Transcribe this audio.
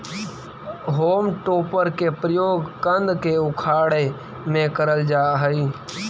home topper के प्रयोग कन्द के उखाड़े में करल जा हई